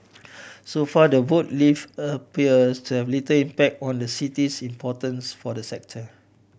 so far the vote leave appears to have little impact on the city's importance for the sector